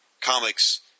comics